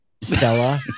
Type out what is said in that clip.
Stella